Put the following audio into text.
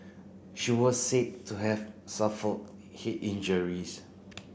she was said to have suffered head injuries